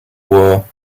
war